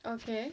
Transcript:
okay